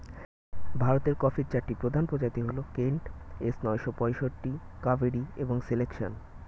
ভারতের কফির চারটি প্রধান প্রজাতি হল কেন্ট, এস নয়শো পঁয়ষট্টি, কাভেরি এবং সিলেকশন